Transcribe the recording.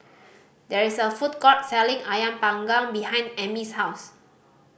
there is a food court selling Ayam Panggang behind Amey's house